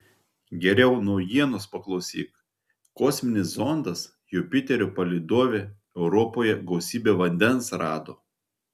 geriau naujienos paklausyk kosminis zondas jupiterio palydove europoje gausybę vandens rado